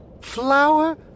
Flower